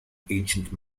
ancient